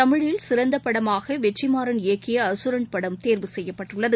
தமிழில் சிறந்த படமாக வெற்றிமாறன் இயக்கிய அசுரன் படம் தேர்வு செய்யப்பட்டுள்ளது